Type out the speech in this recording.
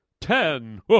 Ten